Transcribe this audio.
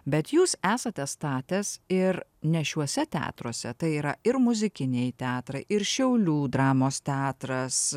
bet jūs esate statęs ir ne šiuose teatruose tai yra ir muzikiniai teatrai ir šiaulių dramos teatras